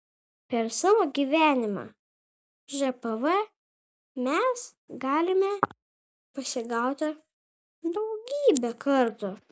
per savo gyvenimą žpv mes galime pasigauti daugybę kartų